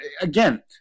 again